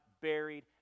buried